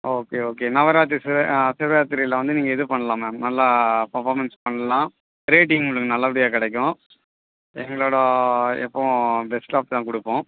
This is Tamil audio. ஓகே ஓகே நவராத்ரி சிவ சிவராத்திரியில் வந்து நீங்கள் இது பண்ணலாம் மேம் நல்லா பர்ஃபார்மென்ஸ் பண்ணலாம் ரேட்டிங் உங்களுக்கு நல்லபடியாக கிடைக்கும் எங்களோடய எப்பவும் பெஸ்ட் ஆஃப் தான் கொடுப்போம்